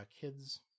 kids